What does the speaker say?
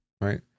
right